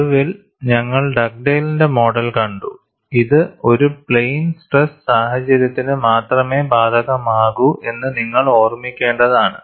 ഒടുവിൽ ഞങ്ങൾ ഡഗ്ഡെയ്ലിന്റെ മോഡൽ കണ്ടു ഇത് ഒരു പ്ലെയിൻ സ്ട്രെസ് സാഹചര്യത്തിന് മാത്രമേ ബാധകമാകൂ എന്ന് നിങ്ങൾ ഓർമ്മിക്കേണ്ടതാണ്